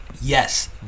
Yes